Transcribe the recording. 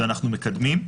שאנחנו מקדמים.